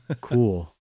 Cool